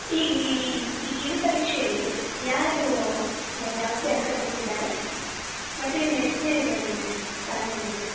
ಈ ಈ ಕಿರುಪರೀಕ್ಷೆಯಲ್ಲಿ ಯಾರು ಜಾಸ್ತಿ ಅಂಕ ತೊಗೊಂಡಿದ್ದಾರೆ ಮತ್ತು ಇವನು ಎಷ್ಟನೇ ಇದರಲ್ಲಿ ಇದ್ದಾನೆ ಸ್ಥಾನದಲ್ಲಿ ಇದ್ದಾನೆ